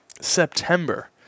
September